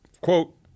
quote